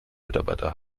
mitarbeiter